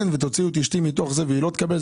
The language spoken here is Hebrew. ותוציאו את אשתי מתוך זה והיא לא תקבל.